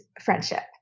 friendship